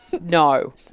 No